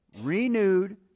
renewed